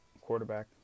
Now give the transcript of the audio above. quarterback